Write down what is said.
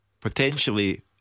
potentially